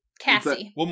cassie